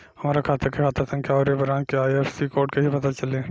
हमार खाता के खाता संख्या आउर ए ब्रांच के आई.एफ.एस.सी कोड कैसे पता चली?